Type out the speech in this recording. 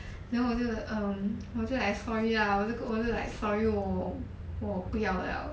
then 我就 um 我就 like sorry lah 我就我就 like sorry 我不要了